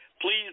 please